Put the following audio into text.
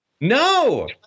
No